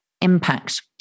impact